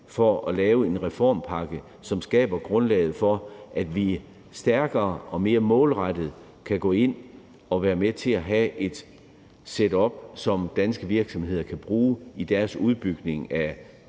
om at lave en reformpakke, der skaber grundlaget for, at vi stærkere og mere målrettet kan gå ind og være med til at få et setup, som danske virksomheder kan bruge i udbygningen af